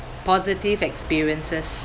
positive experiences